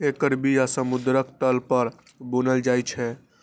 एकर बिया समुद्रक तल पर बुनल जाइ छै